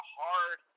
hard